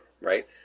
right